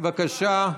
בבקשה.